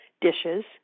dishes